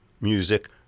music